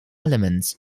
elements